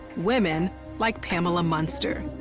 women like pamela munster.